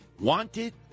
wanted